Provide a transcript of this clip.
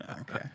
Okay